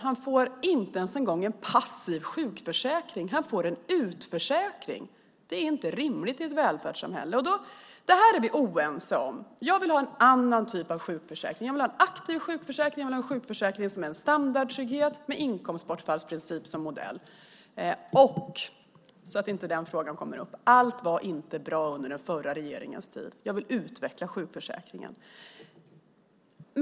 Han får inte ens en gång en passiv sjukförsäkring. Han får en utförsäkring. Det är inte rimligt i ett välfärdssamhälle. Här är vi oense. Jag vill ha en annan typ av sjukförsäkring. Jag vill ha en aktiv sjukförsäkring som är en standardtrygghet med inkomstbortfallsprincip som modell. Jag medger att allt inte var bra under den förra regeringens tid. Jag vill utveckla sjukförsäkringen.